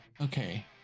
Okay